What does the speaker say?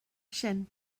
sin